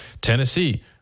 Tennessee